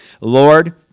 Lord